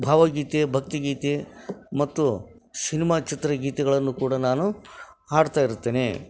ಭಾವಗೀತೆ ಭಕ್ತಿಗೀತೆ ಮತ್ತು ಸಿನಿಮಾ ಚಿತ್ರಗೀತೆಗಳನ್ನು ಕೂಡ ನಾನು ಹಾಡ್ತಾ ಇರ್ತೇನೆ